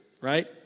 right